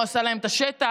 הוא עשה להם את השטח.